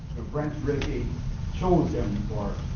branch rickey chose him for